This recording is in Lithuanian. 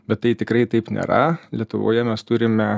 bet tai tikrai taip nėra lietuvoje mes turime